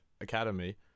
academy